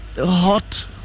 hot